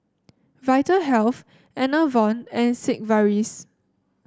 Vitahealth Enervon and Sigvaris